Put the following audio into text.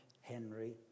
Henry